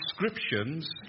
descriptions